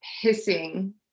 hissing